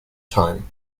time